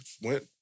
went